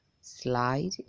Slide